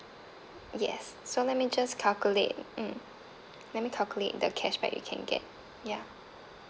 yes so let me just calculate mm let me calculate the cashback you can get ya